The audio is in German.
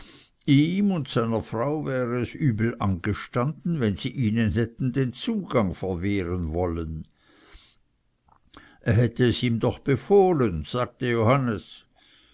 ihm und seiner frau wäre es übel angestanden wenn sie ihnen hätten den zugang verwehren wollen er hätte es ihm doch befohlen sagte johannes